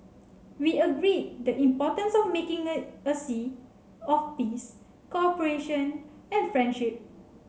we agreed the importance of making it a sea of peace cooperation and friendship